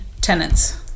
tenants